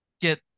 get